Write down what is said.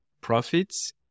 profits